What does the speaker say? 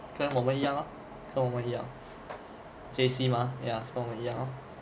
跟我们一样 ah 跟我们一样 J_C mah ya 跟我们一样 lor